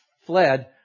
fled